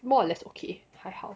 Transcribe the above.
more or less okay 还好